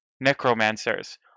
necromancers